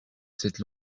cette